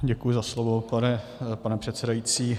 Děkuji za slovo, pane předsedající.